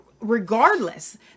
regardless